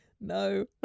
No